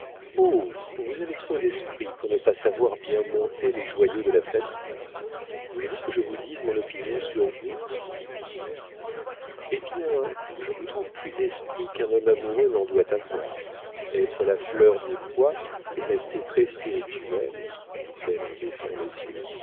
vous avez trop d'esprit pour ne pas savoir bien monter les joyaux de la flatterie voulez-vous que je vous dise mon opinion sur vous eh bien je vous trouve plus d'esprit qu'un homme amoureux n'en doit avoir être la fleur des pois et rester très spirituel dit-elle en baissant les yeux